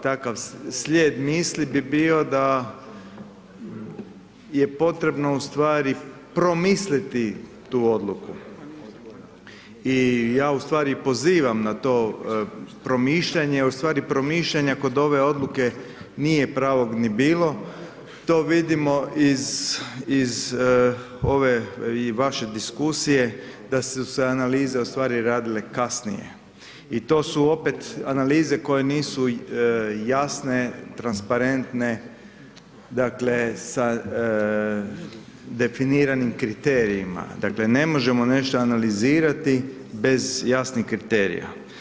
Takav slijed misli bi bio da je potrebno u stvari promisliti tu odluku i ja u stvari pozivam na to promišljanje, u stvari promišljanja kod ove odluke nije pravog ni bilo, to vidimo iz i ove vaše diskusije da su se analize u stvari radile kasnije i to su opet analize koje nisu jasne, transparentne, dakle sa definiranim kriterijima, dakle ne možemo nešto analizirati bez jasnih kriterija.